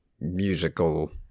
musical